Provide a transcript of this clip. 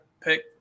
pick